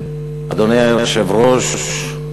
אדוני היושב-ראש,